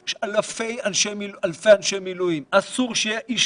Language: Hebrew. יש אלפי אנשי מילואים ואסור שיהיה איש